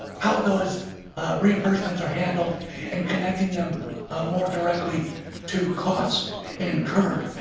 how those reimbursement are handled and connecting them more directly to costs incurred.